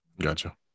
Gotcha